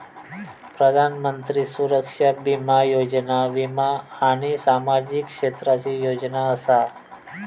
प्रधानमंत्री सुरक्षा बीमा योजना वीमा आणि सामाजिक क्षेत्राची योजना असा